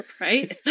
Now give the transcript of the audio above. right